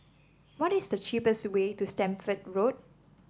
what is the cheapest way to Stamford Road